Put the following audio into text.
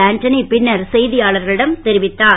ஆண்டனி பின்னர் செய்தியாளர்களிடம் தெரிவித்தார்